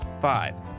five